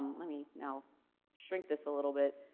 let me now shrink this a little bit.